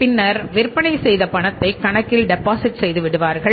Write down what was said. பின்னர் விற்பனை செய்த பணத்தை கணக்கில் டெபாசிட் செய்துவிடுவார்கள்